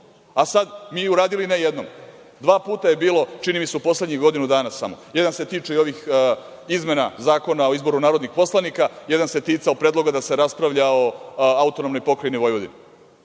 mi sada uradili, ne jednom, dva puta je bilo, čini mi se u poslednjih godinu dana samo. Jedan se tiče i ovih izmena Zakona o izboru narodnih poslanika, jedan se ticao predloga da se raspravlja o AP Vojvodini.